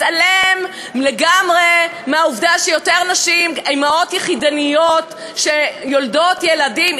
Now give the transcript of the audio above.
מתעלם לגמרי מהעובדה שיותר נשים הן אימהות יחידניות שיולדות ילדים.